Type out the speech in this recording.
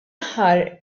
aħħar